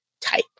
type